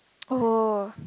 oh